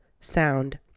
sound